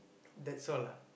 that's all ah